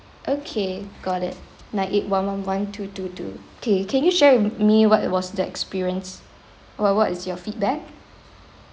okay got it nine eight one one one two two two okay can you share with me what was the experience what what is your feedback